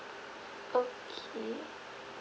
okay